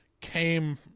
came